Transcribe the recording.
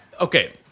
Okay